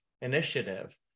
initiative